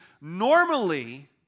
normally